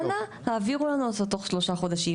אנא העבירו לנו אותו תוך שלושה חודשים.